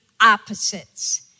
opposites